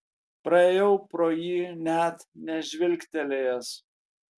praėjau pro jį net nežvilgtelėjęs